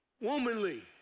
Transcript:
womanly